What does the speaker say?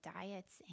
diets